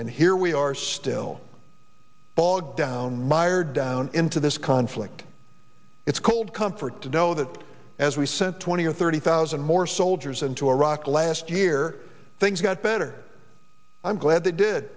and here we are still bogged down mired down into this conflict it's cold comfort to know that as we sent twenty or thirty thousand more soldiers into iraq last year things got better i'm glad they did